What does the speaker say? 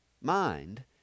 mind